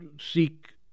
seek